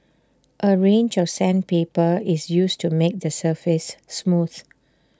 A range of sandpaper is used to make the surface smooth